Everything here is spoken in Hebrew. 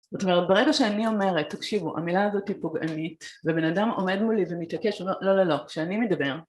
זאת אומרת, ברגע שאני אומרת, תקשיבו, המילה הזאת היא פוגענית, ובן אדם עומד מולי ומתעקש אומר לא לא לא, כשאני מדבר